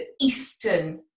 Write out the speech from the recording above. eastern